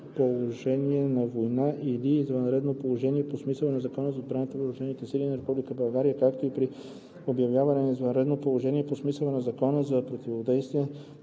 положение на война или извънредно положение по смисъла на Закона за отбраната и въоръжените сили на Република България, както и при обявяване на извънредно положение по смисъла на Закона за противодействие